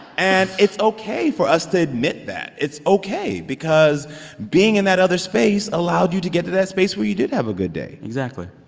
and it's ok for us to admit that. it's ok because being in that other space allowed you to get to that space where you did have a good day exactly,